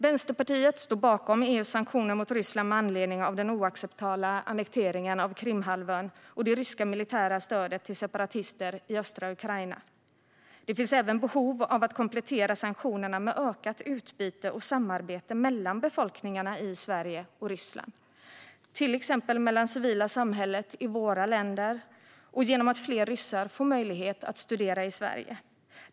Vänsterpartiet står bakom EU:s sanktioner mot Ryssland med anledning av den oacceptabla annekteringen av Krimhalvön och det ryska militära stödet till separatister i östra Ukraina. Det finns även behov av att komplettera sanktionerna med ökat utbyte och samarbete mellan befolkningarna i Sverige och Ryssland, till exempel det civila samhället i våra länder och genom att fler ryssar får möjlighet att studera i Sverige.